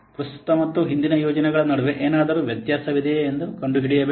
ಪ್ರಸ್ತುತ ಮತ್ತು ಹಿಂದಿನ ಯೋಜನೆಗಳ ನಡುವೆ ಏನಾದರೂ ವ್ಯತ್ಯಾಸವಿದೆಯೇ ಎಂದು ಕಂಡುಹಿಡಿಯಬೇಕು